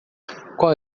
qual